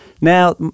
Now